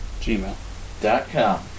gmail.com